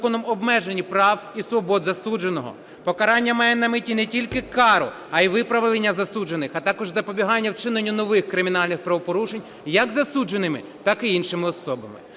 законом обмеженні прав і свобод засудженого. Покарання має на меті не тільки кару, а і виправлення засуджених, а також запобігання вчиненню нових кримінальних правопорушень як засудженими, так і іншими особами.